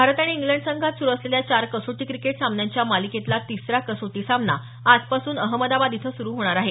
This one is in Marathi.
भारत आणि इंग्लंड संघात सुरू असलेल्या चार कसोटी क्रिकेट सामन्यांच्या मालिकेतला तिसरा कसोटी सामना आजपासून अहमदाबाद इथं सुरू होणार आहे